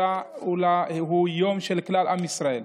אלא הוא יום של כלל עם ישראל.